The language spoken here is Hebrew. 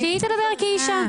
שהיא תדבר כאישה.